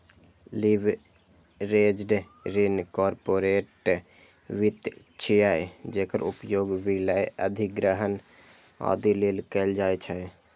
leveraged ऋण corporate वित्त छियै, जेकर उपयोग विलय, अधिग्रहण, आदि लेल कैल जाइ छै